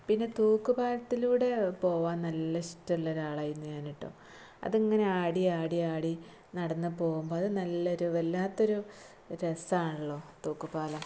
പിന്നെ തൂക്കുപാലത്തിലൂടെ പോവാന് നല്ല ഇഷ്ടമുള്ള ഒരാളായിരുന്നു ഞാൻ കേട്ടൊ അത് ഇങ്ങനെ ആടി ആടി ആടി നടന്ന് പോവുമ്പോൾ അത് നല്ല ഒരു വല്ലാത്ത ഒരു രസമാണല്ലോ തൂക്ക് പാലം